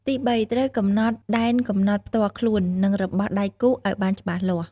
ទីបី ត្រូវ កំណត់ដែនកំណត់ ផ្ទាល់ខ្លួន និងរបស់ដៃគូឱ្យបានច្បាស់លាស់។